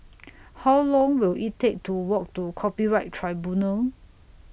How Long Will IT Take to Walk to Copyright Tribunal